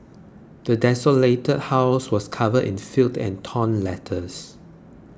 the desolated house was covered in filth and torn letters